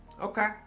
Okay